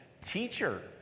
teacher